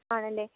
ആണല്ലേ